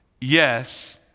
Yes